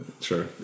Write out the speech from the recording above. Sure